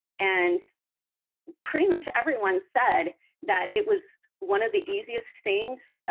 and pretty much everyone said that it was one of the easiest things,